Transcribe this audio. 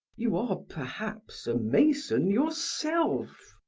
you are perhaps a mason yourself!